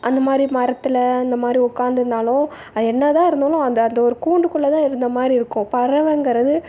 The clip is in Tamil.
அந்தமாதிரி மரத்தில் இந்தமாதிரி உட்காந்துருந்தாலோ அது என்னதான் இருந்தாலும் அந்த அந்த ஒரு கூண்டுக்குள்ளேதான் இருந்த மாதிரி இருக்கும் பறவைங்கிறது